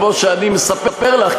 כמו שאני מספר לך,